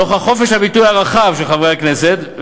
נוכח חופש הביטוי הרחב של חברי הכנסת,